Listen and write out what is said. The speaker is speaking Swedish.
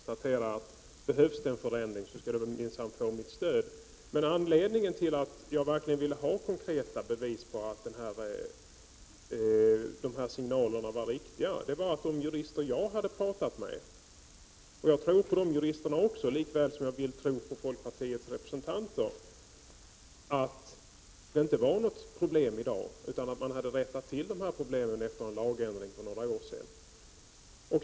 Herr talman! Om det behövs en förändring skall Birgit Friggebo minsann få mitt stöd. Anledningen till att jag ville ha konkreta bevis på att dessa signaler var riktiga var att de jurister jag hade pratat med sade att detta inte var något problem i dag, utan man hade rättat till problemet efter en lagändring för några år sedan. Jag tror på de juristerna lika väl som jag vill tro på folkpartiets representanter.